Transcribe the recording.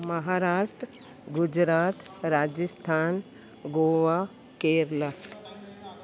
Maharashtra Gujarat Rajasthan Goa Kerala